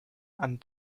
and